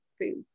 foods